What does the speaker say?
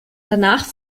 danach